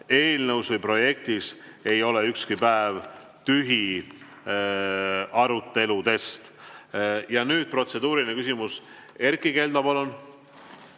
eelnõus või projektis ei ole ükski päev aruteludest tühi. Ja nüüd protseduuriline küsimus, Erkki Keldo, palun!